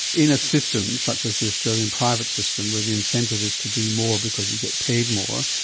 in a system such as the australian private system where the incentive is to do more because you get paid more,